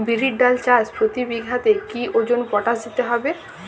বিরির ডাল চাষ প্রতি বিঘাতে কি ওজনে পটাশ দিতে হবে?